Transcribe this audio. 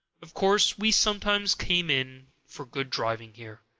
of course we sometimes came in for good driving here.